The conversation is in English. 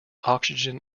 oxygen